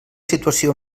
situació